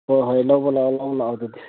ꯍꯣꯏ ꯍꯣꯏ ꯂꯧꯕ ꯂꯥꯛꯑꯣ ꯂꯧꯕ ꯂꯥꯛꯑꯣ ꯑꯗꯨꯗꯤ